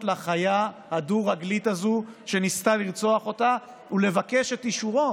לחיה הדו-רגלית הזאת שניסתה לרצוח אותה ולבקש את אישורו